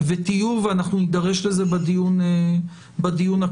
וטיוב ואנחנו נידרש לזה בדיון הקרוב.